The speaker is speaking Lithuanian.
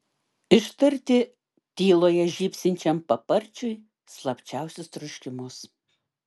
ištarti tyloje žybsinčiam paparčiui slapčiausius troškimus